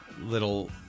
little